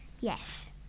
Yes